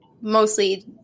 mostly